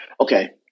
okay